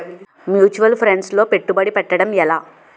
Mutual funds లో పెట్టుబడి పెట్టడం ఎలా?